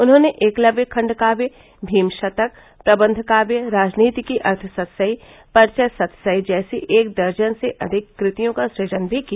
उन्होंने एकलव्य खण्डकाव्य भीम शतक प्रबंधकाव्य राजनीति की अर्थ सतसई परिचय सतसई जैसी एक दर्जन से अधिक कृतियों का सुजन भी किया